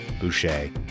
Boucher